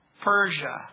Persia